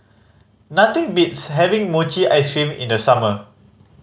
nothing beats having mochi ice cream in the summer